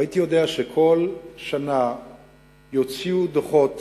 וידעתי שכל שנה יוציאו דוחות,